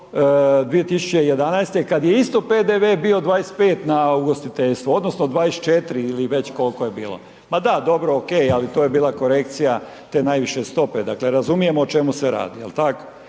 2011. kad je isto PDV bio na ugostiteljstvo odnosno 24 ili već koliko je bilo. …/Upadica sa strane, ne razumije se./… Ma da, dobro, ok ali to je bila korekcija te najviše stope, dakle razumijemo o čemu se radi, jel' tako?